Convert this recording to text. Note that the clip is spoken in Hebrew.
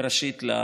הראשית לפתרון.